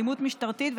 אלימות משטרתית,